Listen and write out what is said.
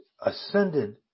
ascended